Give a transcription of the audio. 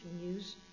news